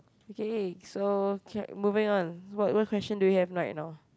okay so kia moving on what what question do you have right now